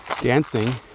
dancing